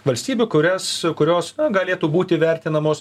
valstybių kurias kurios galėtų būti vertinamos